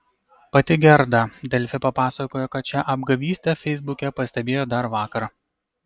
pati gerda delfi pasakojo kad šią apgavystę feisbuke pastebėjo dar vakar